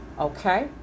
okay